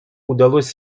удалось